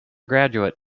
graduate